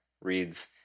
reads